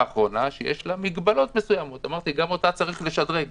האחרונה למרות שגם לה יש מגבלות מסוימות שגם אותן צריך לשדרג.